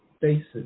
basis